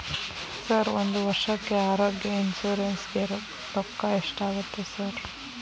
Sir ಒಂದು ವರ್ಷಕ್ಕೆ ಆರೋಗ್ಯ ಇನ್ಶೂರೆನ್ಸ್ ಗೇ ರೊಕ್ಕಾ ಎಷ್ಟಾಗುತ್ತೆ ಸರ್?